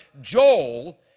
Joel